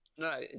No